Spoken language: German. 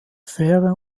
fähre